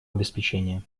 обеспечения